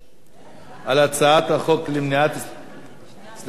שנייה, סליחה,